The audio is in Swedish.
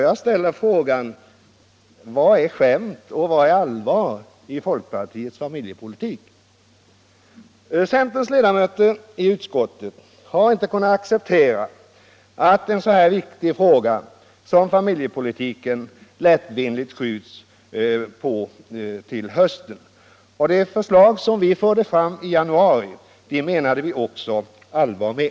Jag ställer frågan: Vad är skämt och vad är allvar i folkpartiets familjepolitik? Centerns ledamöter i utskottet har inte kunnat acceptera att en så viktig fråga som familjepolitiken lättvindigt skjuts till hösten. De förslag som vi förde fram i januari menade vi allvar med.